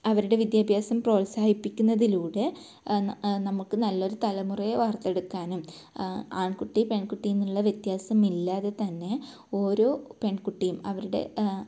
അവരുടെ വിദ്യാഭ്യാസം പ്രോത്സാഹിപ്പിക്കുന്നതിലൂടെ നമുക്ക് നല്ലൊരു തലമുറയെ വാർത്തെടുക്കാനും ആൺകുട്ടി പെൺകുട്ടി എന്നുള്ള വ്യത്യാസം ഇല്ലാതെ തന്നെ ഓരോ പെൺകുട്ടിയും അവരുടെ